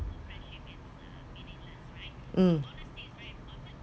mm